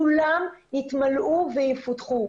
כולם יתמלאו ויפותחו,